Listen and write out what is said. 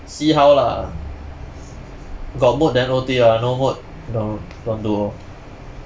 see how lah got mood then O_T lah no mood don't don't do orh